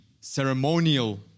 ceremonial